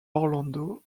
orlando